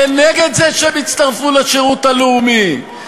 כנגד זה שהם יצטרפו לשירות הלאומי,